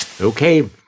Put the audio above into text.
Okay